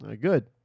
good